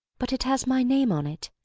but it has my name on it.